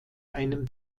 einem